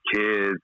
kids